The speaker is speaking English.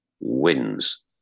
wins